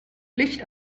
licht